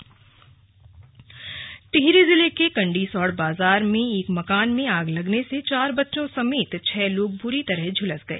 slug Tehri आग टिहरी जिले के कंडीसौड़ बाजार में एक मकान में आग लगने से चार बच्चों समेत छह लोग बुरी तरह झूलस गए